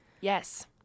Yes